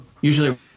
usually –